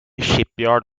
shipyard